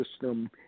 system